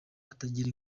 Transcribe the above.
atagira